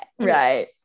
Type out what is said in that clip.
right